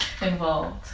involved